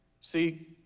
see